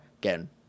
Again